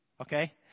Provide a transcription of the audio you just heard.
okay